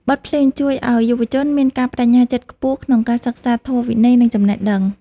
បទភ្លេងជួយឱ្យយុវជនមានការប្ដេជ្ញាចិត្តខ្ពស់ ក្នុងការសិក្សាធម៌វិន័យ និងចំណេះដឹង។